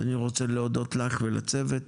אז אני רוצה להודות לך ולצוות,